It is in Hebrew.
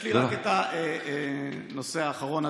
יש לי רק את הנושא האחרון,